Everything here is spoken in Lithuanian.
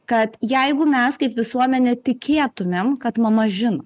kad jeigu mes kaip visuomenė tikėtumėm kad mama žino